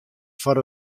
foar